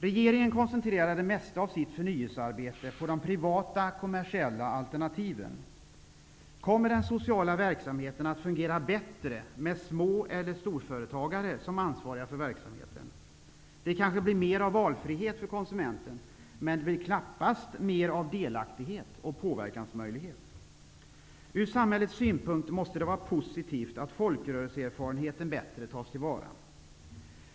Regeringen koncentrerar det mesta av sitt förnyelsearbete på de privata kommersiella alternativen. Kommer den sociala verksamheten att fungera bättre med små eller storföretagare som ansvariga för verksamheten? Det kanske blir mer av valfrihet för konsumenten, men det blir knappast mer av delaktighet och påverkansmöjlighet. Ur samhällets synpunkt måste det vara positivt att folkrörelseerfarenheten bättre tas till vara.